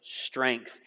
strength